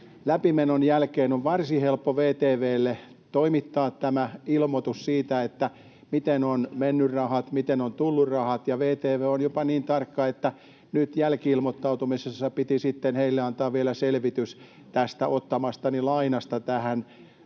Läpimenon jälkeen on varsin helppoa VTV:lle toimittaa tämä ilmoitus siitä, miten rahat ovat menneet, miten rahat ovat tulleet, ja VTV on jopa niin tarkka, että nyt jälki-ilmoittautumisessa heille piti sitten antaa vielä selvitys tästä tähän ottamastani lainasta.